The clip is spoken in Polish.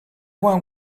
byłam